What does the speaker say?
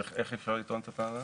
איך אפשר לטעון את הטענה?